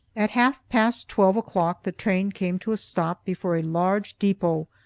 at half past twelve o'clock the train came to a stop before a large depot,